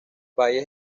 valles